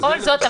ובכל זאת,